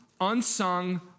unsung